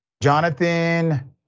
Jonathan